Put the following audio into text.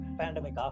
pandemic